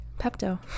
Pepto